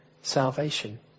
salvation